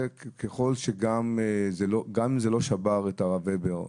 גם אם זה לא שבר את הרב הבר,